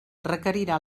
requerirà